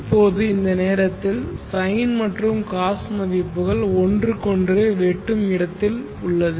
இப்போது இந்த நேரத்தில் சைன் மற்றும் காஸ் மதிப்புகள் ஒன்றுக்கொன்று வெட்டும் இடத்தில் உள்ளது